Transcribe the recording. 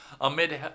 amid